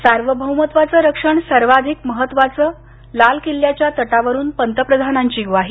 सार्वभौमत्वाचं रक्षण सर्वाधिक महत्त्वाचं लाल किल्ल्याच्या तटावरून पंतप्रधानांची ग्वाही